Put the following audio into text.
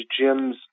gym's